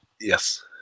Yes